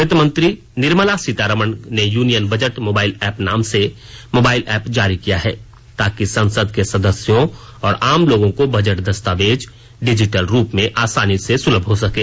वित्त मंत्री निर्मला सीतारामन ने यूनियन बजट मोबाइल ऐप नाम से मोबाइल ऐप जारी किया है ताकि ससंद के सदस्यों और आम लोगों को बजट दस्तावेज डिजिटल रूप में आसानी से सुलभ हो सकें